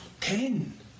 ten